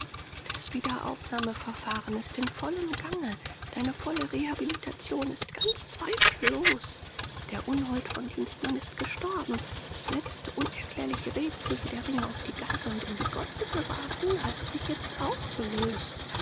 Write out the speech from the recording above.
das wiederaufnahmeverfahren ist im vollen gange deine volle rehabilitation ist ganz zweifellos der unhold von dienstmann ist gestorben das letzte unerklärliche rätsel wie der ring auf die gasse und in die gosse geraten hat sich jetzt auch gelöst